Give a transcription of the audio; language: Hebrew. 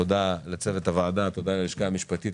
תודה לצוות הוועדה, תודה ללשכה המשפטית.